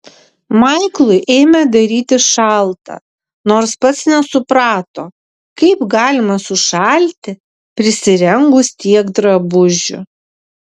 maiklui ėmė darytis šalta nors pats nesuprato kaip galima sušalti prisirengus tiek drabužių